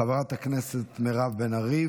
חברת הכנסת מירב בן ארי.